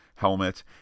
helmet